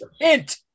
hint